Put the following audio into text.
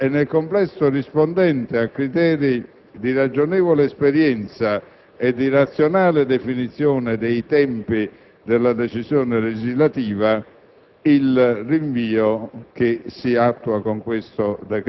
Dunque, sembra nel complesso corretto e rispondente a criteri di ragionevole esperienza e di razionale definizione dei tempi per la decisione legislativa